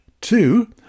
two